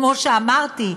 כמו שאמרתי,